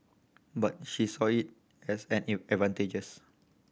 but she saw it as an in advantages